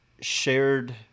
shared